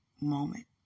moment